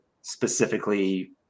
specifically